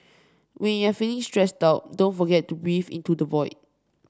when you are feeling stressed out don't forget to breathe into the void